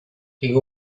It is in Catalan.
tinc